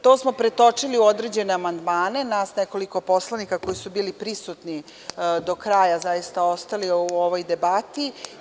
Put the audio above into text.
To smo pretočili u određene amandmane, nas nekoliko poslanika koji smo bili prisutni do kraja i ostali u ovoj debati.